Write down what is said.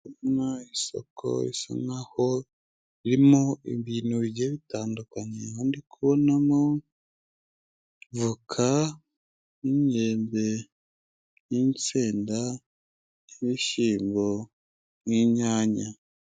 Ndi kubona isoko risa nk'aho ririmo ibintu bigiye bitandukanye, aho ndikubonamo: voka, n'inyembe n'insenda, n'ibishyimbo n'inyanya.